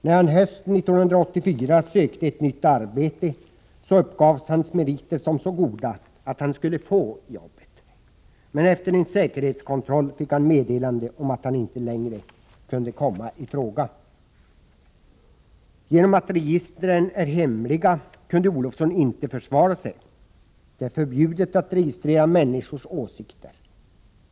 När han hösten 1984 sökte ett nytt arbete uppgavs hans meriter som så goda att han skulle få jobbet. Men efter en säkerhetskontroll fick han meddelande om att han inte längre kunde komma i fråga. Genom att registren är hemliga kunde Olofsson inte försvara sig. Det är förbjudet att registrera människors åsikter.